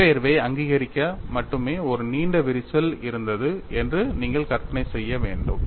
இடப்பெயர்வை அங்கீகரிக்க மட்டுமே ஒரு நீண்ட விரிசல் இருந்தது என்று நீங்கள் கற்பனை செய்ய வேண்டும்